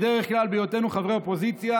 בדרך כלל, בהיותנו חברי אופוזיציה,